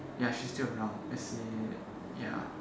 ya she's still around as in ya